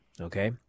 Okay